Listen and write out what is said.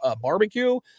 barbecue